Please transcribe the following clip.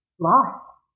loss